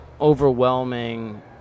overwhelming